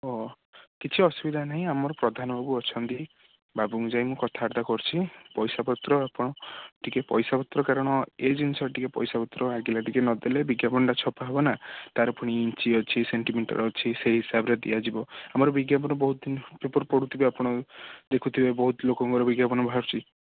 ଓ କିଛି ଅସୁବିଧା ନାହିଁ ଆମର ପ୍ରଧାନ ବାବୁ ଅଛନ୍ତି ବାବୁଙ୍କୁ ଯାଇ ମୁଁ କଥାବାର୍ତ୍ତା କରୁଛି ପଇସାପତ୍ର ଆପଣ ଟିକେ ପଇସାପତ୍ର କାରଣ ଏ ଜିନିଷରେ ଟିକେ ପଇସା ପତ୍ର ଆଗେଲା ଟିକେ ନଦେଲେ ବିଜ୍ଞାପନଟା ଛପା ହବ ନା ତା'ର ଫୁଣି ଇଞ୍ଚ ଅଛି ସେଣ୍ଟିମିଟର୍ ଅଛି ସେଇ ହିସାବରେ ଦିଆଯିବ ଆମର ବିଜ୍ଞାପନ ବହୁତ ପେପର୍ ପଢ଼ୁଥିବେ ଆପଣ ଦେଖୁଥିବେ ବହୁତ ଲୋକଙ୍କର ବିଜ୍ଞାପନ ବାହାରୁଛି